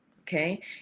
okay